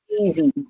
easy